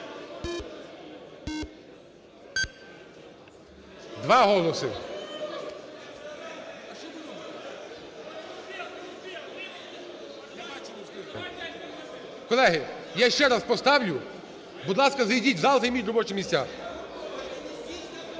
в залі) Колеги, я ще раз поставлю. Будь ласка, зайдіть в зал, займіть робочі місця. (Шум